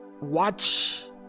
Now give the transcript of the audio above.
watch